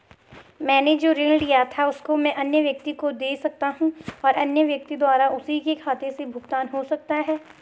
मैंने जो ऋण लिया था उसको मैं अन्य व्यक्ति को दें सकता हूँ और अन्य व्यक्ति द्वारा उसी के खाते से भुगतान हो सकता है?